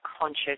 conscious